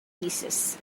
thesis